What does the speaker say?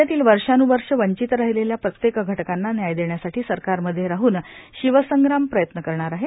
राज्यातील वर्षानुवर्ष वंचित राहिलेल्या प्रत्येक घ कांना न्याय देण्यासाठी सरकार मध्ये राहन शिवसंग्राम प्रयत्न करणार आहे